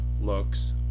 looks